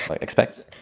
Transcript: Expect